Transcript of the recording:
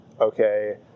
okay